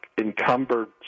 encumbered